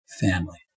family